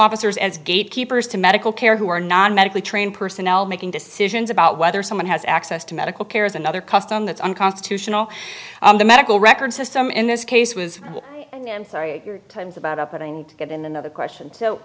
officers as gatekeepers to medical care who are non medically trained personnel making decisions about whether someone has access to medical care is another custom that's unconstitutional the medical record system in this case was and i'm sorry your time's about up but i need to get in another question so